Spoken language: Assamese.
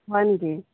হয় নেকি